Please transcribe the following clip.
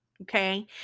Okay